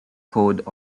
code